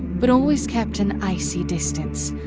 but always kept an icy distance,